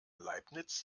leibniz